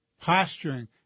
posturing